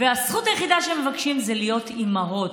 והזכות היחידה שהן מבקשות זה להיות אימהות.